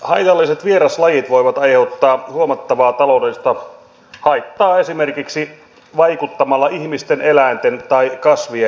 haitalliset vieraslajit voivat aiheuttaa huomattavaa taloudellista haittaa esimerkiksi vaikuttamalla ihmisten eläinten tai kasvien terveyteen